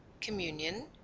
Communion